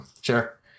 Sure